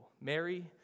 Mary